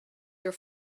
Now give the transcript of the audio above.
your